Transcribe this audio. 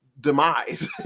demise